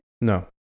No